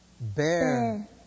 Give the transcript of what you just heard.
bear